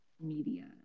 media